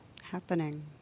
happening